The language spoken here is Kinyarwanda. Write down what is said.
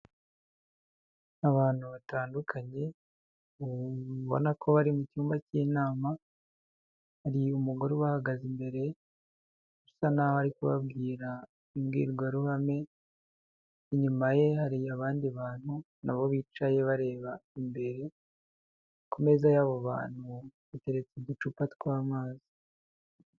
Abantu batandukanye ubona ko bari mu cyumba cy'inama, hari umugore ubahagaze imbere usa naho ari kubabwira imbwirwaruhame, inyuma ye hari abandi bantu nabo bicaye bareba imbere, ku meza y'abo bantu hateretse uducupa tw'amazi.